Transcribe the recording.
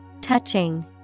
Touching